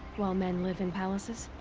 while men live in palaces?